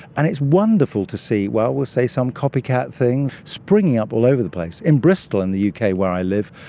and it's wonderful to see, well, we'll say some copycat thing springing up all over the place. in bristol in the uk where i live,